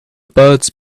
birds